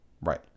Right